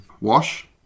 Wash